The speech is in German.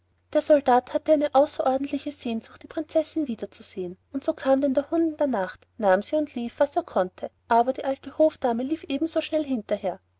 der soldat hatte eine außerordentliche sehnsucht die prinzessin wiederzusehen und so kam denn der hund in der nacht nahm sie und lief was er konnte aber die alte hofdame lief ebenso schnell hinterher